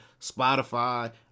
Spotify